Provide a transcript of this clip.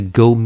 go